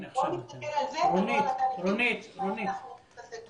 בואו נסתכל על זה ולא על התהליכים שבהם אנחנו --- רונית,